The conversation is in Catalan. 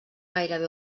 gairebé